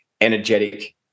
energetic